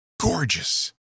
gorgeous